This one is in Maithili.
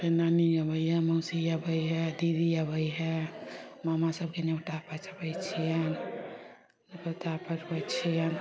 नानी अबैए मौसी अबय हइ दीदी अबैय हइ मामा सभके न्योता पठबय छियनि न्योता पठबैय छियनि